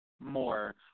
more